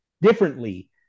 differently